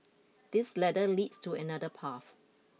this ladder leads to another path